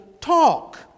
talk